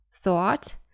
thought